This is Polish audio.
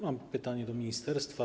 Mam pytanie do ministerstwa.